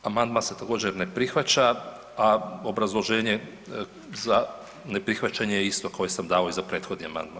Amandman se također ne prihvaća, a obrazloženje za neprihvaćanje je isto koje sam dao i za prethodni amandman.